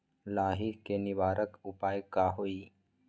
लाही के निवारक उपाय का होई?